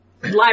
live